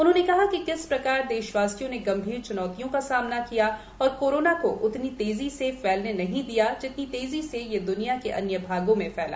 उन्होंने कहा कि किस प्रकार देशवासियों ने गंभीर च्नौतियों का सामना किया और कोरोना को उतनी तेजी से फैलने नहीं दिया जितनी तेजी से यह द्वनिया के अन्य भागों में फैला